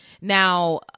Now